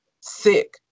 sick